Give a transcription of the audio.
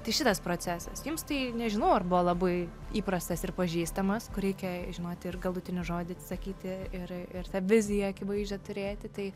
tai šitas procesas jums tai nežinau arba buvo labai įprastas ir pažįstamas kur reikia žinoti ir galutinį žodį sakyti ir ir tą viziją akivaizdžią turėti tai